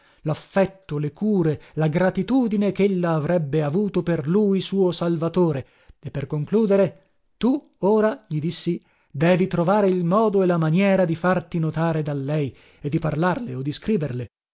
laffetto le cure la gratitudine chella avrebbe avuto per lui suo salvatore e per concludere tu ora gli dissi devi trovare il modo e la maniera di farti notare da lei e di parlarle o di scriverle